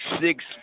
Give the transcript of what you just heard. six